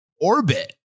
orbit